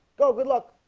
go good luck.